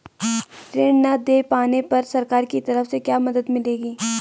ऋण न दें पाने पर सरकार की तरफ से क्या मदद मिलेगी?